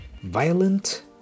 violent